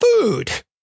food